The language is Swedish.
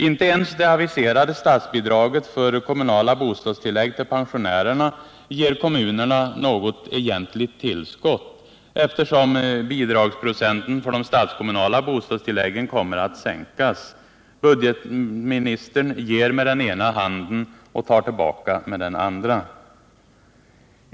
Inte ens det aviserade statsbidraget för kommunala bostadstillägg till pensionärerna ger kommunerna något egentligt tillskott, eftersom bidragsprocenten för de statskommunala bostadstilläggen kommer att sänkas. Budgetministern ger med den ena handen och tar tillbaka med den andra.